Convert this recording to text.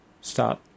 start